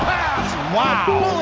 um wow